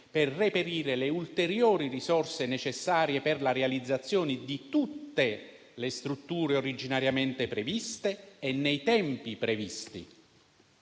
per reperire le ulteriori risorse necessarie per la realizzazione di tutte le strutture originariamente previste e nei tempi previsti.